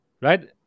right